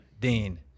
Dean